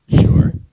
Sure